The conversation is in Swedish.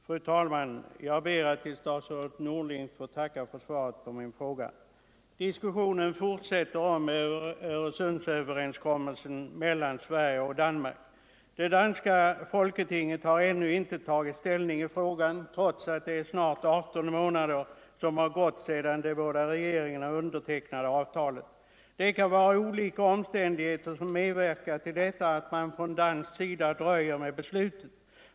Fru talman! Jag ber att få tacka statsrådet Norling för svaret på min fråga. Diskussionen fortsätter om Öresundsöverenskommelsen mellan Sverige och Danmark. Det danska folketinget har ännu inte tagit ställning i frågan, trots att snart 18 månader har gått sedan de båda regeringarna undertecknade avtalet. Det kan vara olika omständigheter som medverkar till att man från dansk sida dröjer med beslutet.